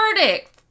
verdict